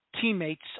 teammates